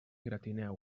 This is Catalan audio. gratineu